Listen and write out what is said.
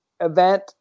event